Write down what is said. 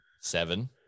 Seven